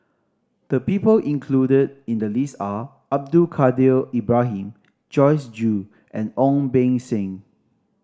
the people included in the list are Abdul Kadir Ibrahim Joyce Jue and Ong Beng Seng